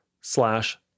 slash